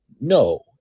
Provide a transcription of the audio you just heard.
No